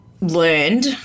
learned